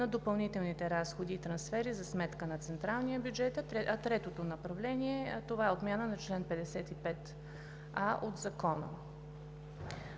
на допълнителните разходи и трансфери за сметка на централния бюджет. Третото направление е за отмяна на чл. 55а от Закона.